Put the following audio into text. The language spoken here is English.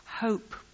hope